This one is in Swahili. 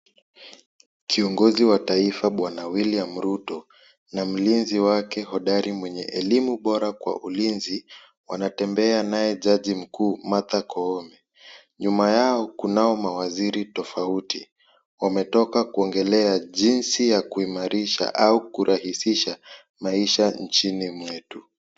Kiongozi wa taifa bwana William Ruto na mlinzi wake hodari mwenye elimu bora kwa ulinzi, wanatembea naye jaji mkuu Martha Koome. Nyuma yao kunao mawaziri tofauti, wametoka kuongelea jinsi ya kuimarisha au kurahisisha maisha nchini mwetu.